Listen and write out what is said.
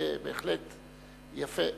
זה בהחלט יפה,